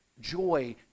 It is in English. joy